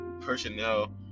personnel